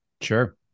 Sure